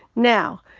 now,